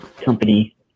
company